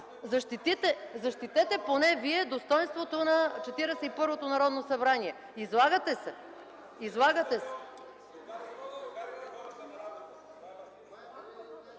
Защитите поне Вие достойнството на 41-то Народно събрание. Излагате се! Излагате се!